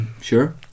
sure